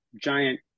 giant